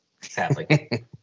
Sadly